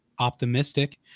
optimistic